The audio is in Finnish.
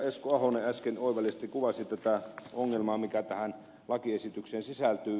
esko ahonen äsken oivallisesti kuvasi tätä ongelmaa mikä tähän lakiesitykseen sisältyy